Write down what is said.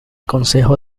concejo